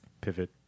Pivot